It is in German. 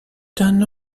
dann